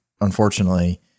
unfortunately